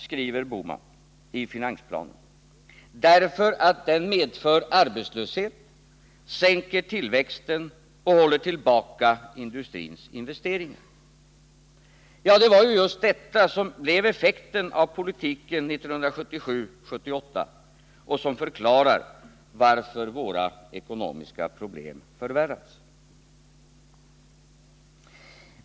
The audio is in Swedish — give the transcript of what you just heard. skriver Gösta Bohman i finansplanen, därför att den medför arbetslöshet, sänker tillväxten och håller tillbaka industrins investeringar. Det var ju just detta som blev effekten av politiken 1977-1978 och som förklarar varför våra ekonomiska problem förvärrats.